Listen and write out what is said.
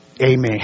Amen